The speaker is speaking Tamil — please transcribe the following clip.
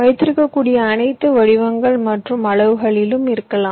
வைத்திருக்கக்கூடிய அனைத்து வடிவங்கள் மற்றும் அளவுகளிலும் இருக்கலாம்